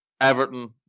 Everton